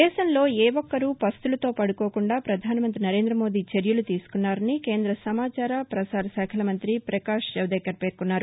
దేశంలో ఏ ఒక్కరూ పస్తులతో పడుకోకుండా ప్రధానమంత్రి నరేంద్ర మోదీ చర్యలు తీసుకున్నారని కేంద్ర సమాచార ప్రసారశాఖల మంత్రి పకాశ్ జవడేకర్ పేర్కొన్నారు